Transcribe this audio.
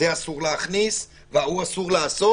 זה אסור להכניס וזה אסור לעשות.